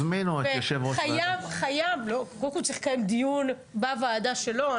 צריך לקיים דיון בוועדה שלו.